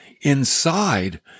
inside